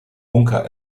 bunker